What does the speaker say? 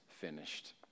finished